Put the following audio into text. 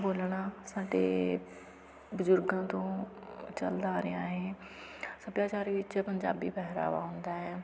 ਬੋਲਣਾ ਸਾਡੇ ਬਜ਼ੁਰਗਾਂ ਤੋਂ ਚੱਲਦਾ ਆ ਰਿਹਾ ਹੈ ਸੱਭਿਆਚਾਰ ਵਿੱਚ ਪੰਜਾਬੀ ਪਹਿਰਾਵਾ ਹੁੰਦਾ ਹੈ